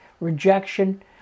Rejection